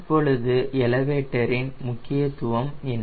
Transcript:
இப்பொழுது எலவேட்டரின் முக்கியத்துவம் என்ன